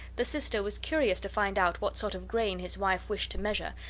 the sister was curious to find out what sort of grain his wife wished to measure,